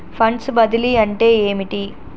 Funds బదిలీ అంటే ఏమిటి?